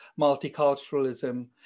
multiculturalism